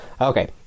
Okay